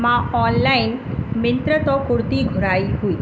मां ऑनलाइन मित्रो था कुर्ती घुराई हुई